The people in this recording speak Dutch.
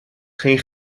geen